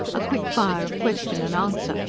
a quick fire of question and answer,